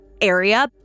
area